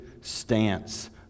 stance